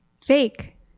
Fake